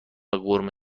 قرمه